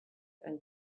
and